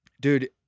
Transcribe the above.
dude